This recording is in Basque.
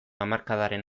hamarkadaren